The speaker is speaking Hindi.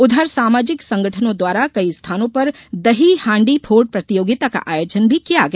उधर सामाजिक संगठनों द्वारा कई स्थानों पर दही हांडी फोड प्रतियोगिता का आयोजन भी किया गया